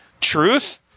Truth